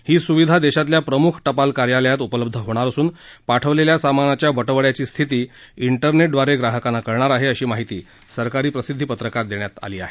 ही सुविधा देशातल्या प्रमुख टपाल कार्यालयात उपलब्ध होणार असून पाठवलेल्या सामानाच्या बटवडयाची स्थिती ठेरनेट द्वारे ग्राहकांना कळणार आहे अशी माहिती सरकारी प्रसिद्धी पत्रकात देण्यात आली आहे